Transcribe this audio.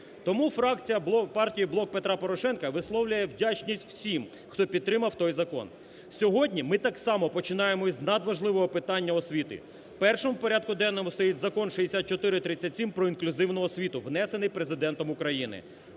Тому фракція партії "Блок Петра Порошенка" висловлює вдячність всім, хто підтримав той закон. Сьогодні ми так само починаємо з надважливого питання - освіти. Першим у порядку денному стоїть Закон (6437) про інклюзивну освіту, внесений Президентом України.